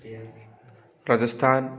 Rajasthan